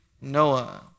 Noah